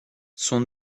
son